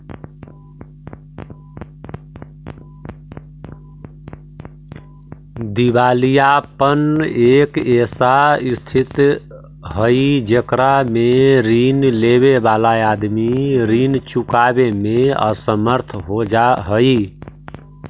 दिवालियापन एक ऐसा स्थित हई जेकरा में ऋण लेवे वाला आदमी ऋण चुकावे में असमर्थ हो जा हई